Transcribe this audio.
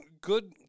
good